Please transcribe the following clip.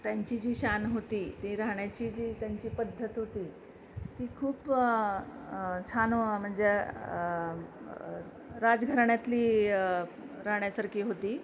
त्यांची जी शान होती ती राहण्याची जी त्यांची पद्धत होती ती खूप छान म्हणजे राजघराण्यातली राहण्यासारखी होती